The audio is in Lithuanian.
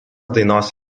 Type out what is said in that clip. dainos